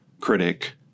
critic